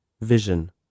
Vision